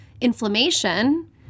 inflammation